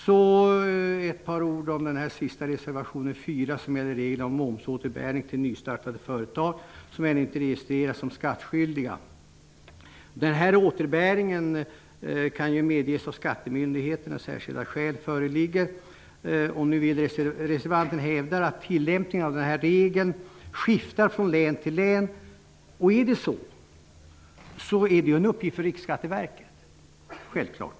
Låt mig sedan säga ett par ord om reservation 4 som gäller reglerna om momsåterbäring till nystartade företag som ännu inte registrerats som skattskyldiga. Den här återbäringen kan medges av skattemyndigheterna om särskilda skäl föreligger. Reservanten hävdar att tillämpningen av den här regeln skiftar från län till län. Om det är så är det en uppgift för Riksskatteverket att se över detta.